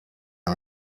and